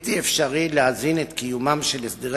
בלתי אפשרי להזין את קיומם של הסדרי